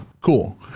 cool